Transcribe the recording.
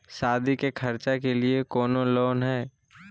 सादी के खर्चा के लिए कौनो लोन है?